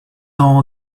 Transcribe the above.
are